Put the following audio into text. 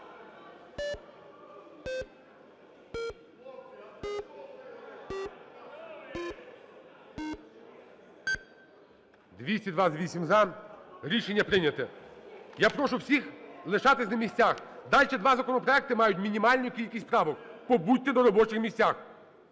За-228 Рішення прийнято. Я прошу всіх лишатись на місцях. Дальше два законопроекти мають мінімальну кількість правок, побудьте на робочих місцях.